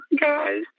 guys